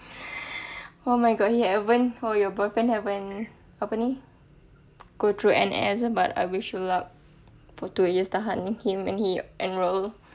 oh my god he haven't oh your boyfriend haven't apa ni go through N_S but I wish you luck for two years tahan him when he enrol